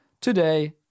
today